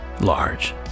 large